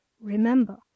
remember